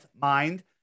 mind